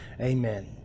Amen